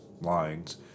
lines